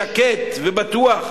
שקט ובטוח.